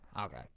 Okay